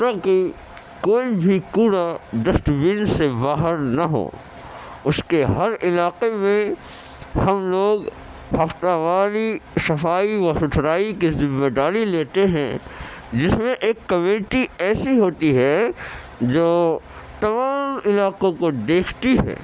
تاکہ کوئی بھی کوڑا ڈسٹبین سے باہر نہ ہو اس کے ہر علاقے میں ہم لوگ ہفتہ واری صفائی و ستھرائی کی ذمہ داری لیتے ہیں جس میں ایک کمیٹی ایسی ہوتی ہے جو تمام علاقوں کو دیکھتی ہے